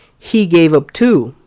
he gave up too.